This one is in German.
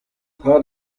tatort